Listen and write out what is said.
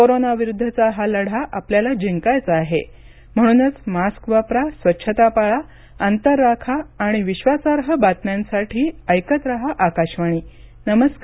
कोरोनाविरुद्धचा हा लढा आपल्याला जिंकायचा आहे म्हणूनच मास्क वापरा स्वच्छता पाळा अंतर राखा आणि विश्वासार्ई बातम्यांसाठी ऐकत रहा आकाशवाणी नमस्कार